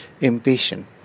impatient